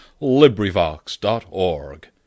LibriVox.org